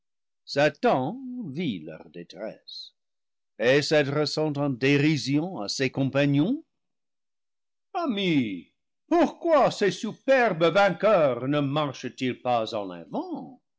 satan vit leur dé tresse et s'adressant en dérision à ses compagnons amis pourquoi ces superbes vainqueurs ne marchent ils pas en avant